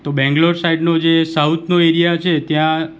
તો બેંગલોર સાઈડનું જે સાઉથનો એરિયા છે ત્યાં